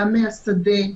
גם מהשדה,